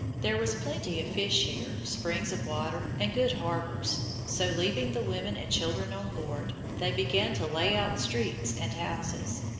there was plenty of fish here, springs of water and good harbours. so, leaving the women and children on board, they began to lay out streets and houses.